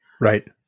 Right